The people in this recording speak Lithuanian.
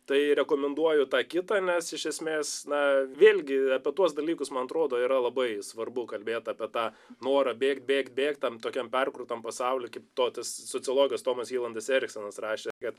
tai rekomenduoju tą kitą nes iš esmės na vėlgi apie tuos dalykus man atrodo yra labai svarbu kalbėt apie tą norą bėk bėk bėk tam tokiam perkrautam pasaulį kaip totis sociologas tomas ilandas eriksonas rašė kad